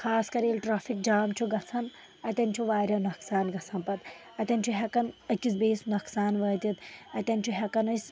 خاص کَر ییٚلہِ ٹریفک جام چھُ گژھان اَتٮ۪ن چھُ واریاہ نۄقصان گژھان پَتہٕ اَتٮ۪ن چھُ ہٮ۪کان أکِس بیٚیِس نۄقصان وٲتِتھ اَتٮ۪ن چھُ ہٮ۪کان اسہِ